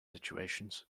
situations